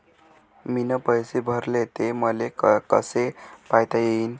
मीन पैसे भरले, ते मले कसे पायता येईन?